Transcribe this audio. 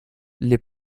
les